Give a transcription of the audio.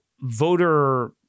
voter